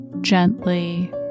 gently